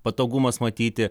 patogumas matyti